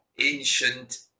ancient